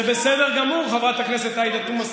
זה בסדר גמור, חברת הכנסת עאידה תומא סלימאן,